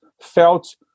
felt